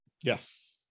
yes